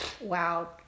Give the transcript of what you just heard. Wow